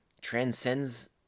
transcends